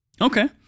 Okay